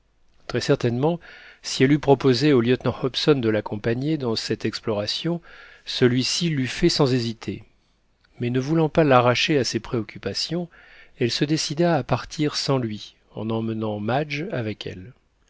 très certainement si elle eût proposé au lieutenant hobson de l'accompagner dans cette exploration celui-ci l'eût fait sans hésiter mais ne voulant pas l'arracher à ses préoccupations elle se décida à partir sans lui en emmenant madge avec elle